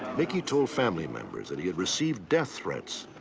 mickey told family members that he had received death threats.